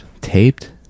Taped